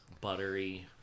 Buttery